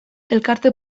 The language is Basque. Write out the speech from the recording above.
elkarte